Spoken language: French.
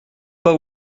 pas